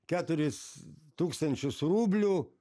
keturis tūkstančius rublių